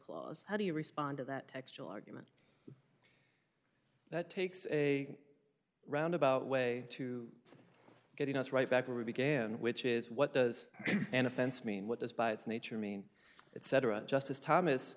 how do you respond to that textual argument that takes a round about way to getting us right back where we began which is what does an offense mean what does by its nature mean it cetera justice thomas